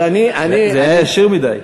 זה היה ישיר מדי.